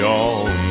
on